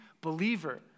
believer